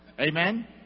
Amen